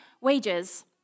wages